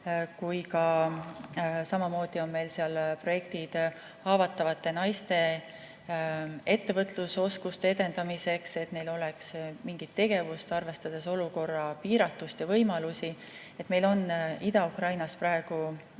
soe, samamoodi on meil seal projektid haavatavate naiste ettevõtlusoskuste edendamiseks, et neil oleks mingit tegevust, arvestades olukorra piiratust ja võimalusi. Meil on Ukraina idaosas